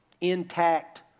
intact